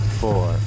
four